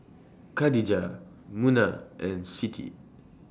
Khadija Munah and Siti